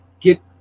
Get